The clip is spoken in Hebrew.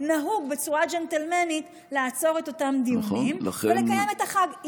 נהוג בצורה ג'נטלמנית לעצור את אותם דיונים ולקיים את החג.